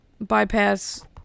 bypass